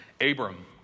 Abram